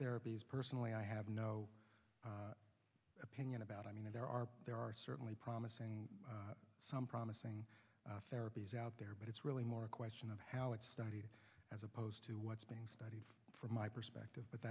therapies personally i have no opinion about i mean there are there are certainly promising some promising therapies out there but it's really more a question of how it's studied as opposed to what's being studied from my perspective but